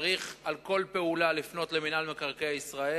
צריך על כל פעולה לפנות למינהל מקרקעי ישראל.